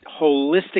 holistic